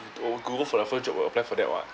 or go for the first job apply for that one